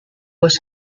was